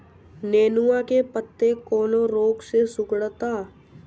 नेनुआ के पत्ते कौने रोग से सिकुड़ता?